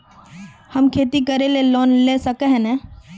हम खेती करे ले लोन ला सके है नय?